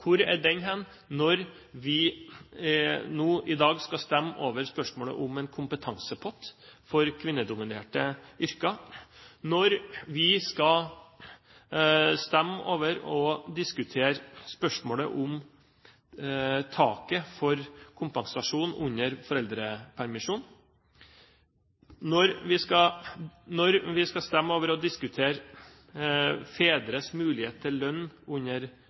Hvor er den når vi nå i dag skal stemme over spørsmålet om en kompetansepott for kvinnedominerte yrker, når vi skal stemme over og diskutere spørsmålet om taket for kompensasjon under foreldrepermisjon, når vi skal stemme over og diskutere fedres mulighet til